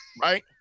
Right